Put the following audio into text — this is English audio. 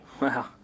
Wow